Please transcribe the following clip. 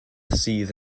sydd